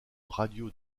radio